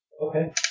Okay